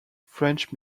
french